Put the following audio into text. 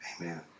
Amen